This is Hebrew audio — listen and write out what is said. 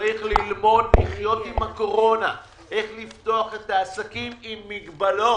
וצריך ללמוד לחיות עם הקורונה ואיך לפתוח את העסקים עם מגבלות.